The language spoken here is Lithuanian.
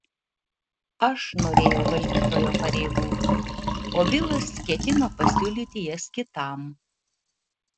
aš norėjau valdytojo pareigų o bilas ketino pasiūlyti jas kitam